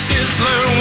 Sizzler